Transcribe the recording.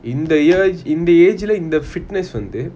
in the years individually in the fitness வந்து:vanthu